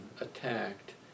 attacked